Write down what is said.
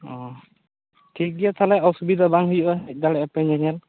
ᱚ ᱴᱷᱤᱠ ᱜᱮᱭᱟ ᱛᱟᱦᱚᱞᱮ ᱚᱥᱩᱵᱤᱫᱟ ᱵᱟᱝ ᱦᱳᱭᱳᱜᱼᱟ ᱦᱮᱡ ᱫᱟᱲᱮᱭᱟᱜ ᱟᱯᱮ ᱧᱮ ᱧᱮᱞ